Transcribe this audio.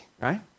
right